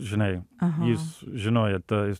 žinai jis žinojo tai